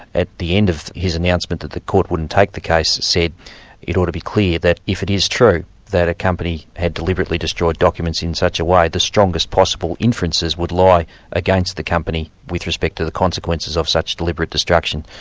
at the end of his announcement that the court wouldn't take the case, said it ought to be clear that if it is true that a company had deliberately destroyed documents in such a way, the strongest possible inferences would lie against the company with respect to the consequences of such deliberate destruction.